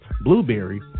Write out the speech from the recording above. Blueberry